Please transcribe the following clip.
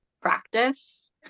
practice